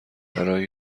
برای